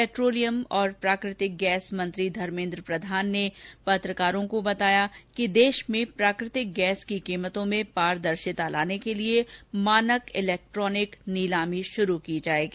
petroleum और प्राकृतिक gas मंत्री धर्मेन्द्र प्रधान ने नई दिल्ली में पत्रकारों को ै बताया कि देश में प्राकृतिक गैस की कीमतों में पारदर्शिता लाने के लिए मानक इलेक्ट्रोनिक नीलामी शुरू की जाएगी